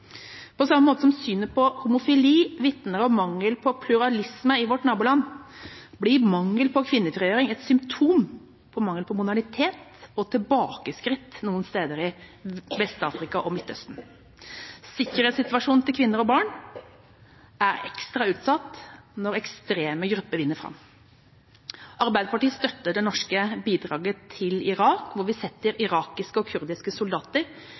På samme måte som synet på homofili vitner om mangel på pluralisme i vårt naboland, blir mangel på kvinnefrigjøring et symptom på mangel på modernitet og tilbakeskritt noen steder i Vest-Afrika og Midtøsten. Sikkerhetssituasjonen til kvinner og barn er ekstra utsatt når ekstreme grupper vinner fram. Arbeiderpartiet støtter det norske bidraget til Irak, hvor vi setter irakiske og kurdiske soldater